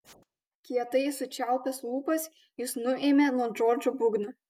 kietai sučiaupęs lūpas jis nuėmė nuo džordžo būgną